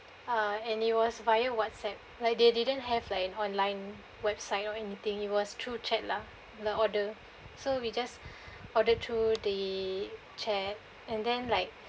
uh and it was via whatsapp like they didn't have like an online website or anything it was through chat lah the order so we just ordered through the chat and then like